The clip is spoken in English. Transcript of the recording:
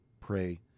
pray